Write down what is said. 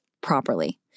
properly